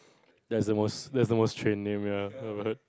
that's the most that's the most train name I've ever heard